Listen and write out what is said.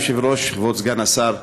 אדוני היושב-ראש, כבוד סגן השר,